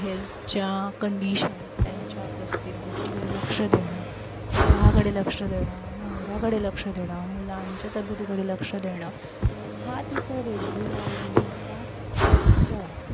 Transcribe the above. हे हेल्थच्या कंडिशन्स त्यांच्या प्रत्येक गोष्टीकडे लक्ष देणं स्वतःकडे लक्ष देणं नवऱ्याकडे लक्ष देणं मुलांच्या तब्यतीकडे लक्ष देणं हा तिचा रेग्युलरलीचा प्रवास